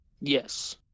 Yes